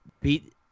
Beat